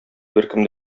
беркем